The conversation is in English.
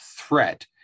threat